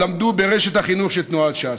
למדו ברשת החינוך של תנועת ש"ס.